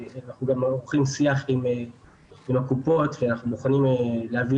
אנחנו גם עורכים שיח עם הקופות ואנחנו מוכנים להביא